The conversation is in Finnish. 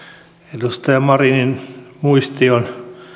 edustaja marinin muisti on